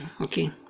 Okay